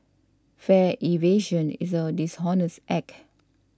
fare evasion is a dishonest act